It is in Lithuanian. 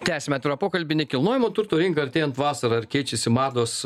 tęsiam atvirą pokalbį nekilnojamo turto rinkai artėjant vasarai ir keičiasi mados